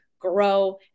grow